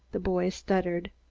the boy stuttered.